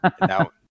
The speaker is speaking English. Now